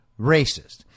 racist